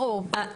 ברור.